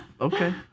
okay